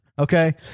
Okay